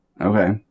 Okay